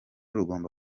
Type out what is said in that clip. rugomba